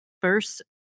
First